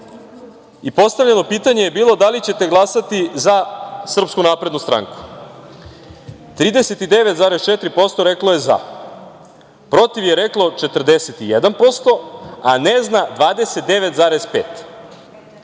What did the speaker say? i postavljeno pitanje je bilo - da li ćete glasati za SNS? Dakle, 39,4% reklo je za, protiv je reklo 41%, a ne zna 29,5%.